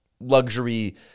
luxury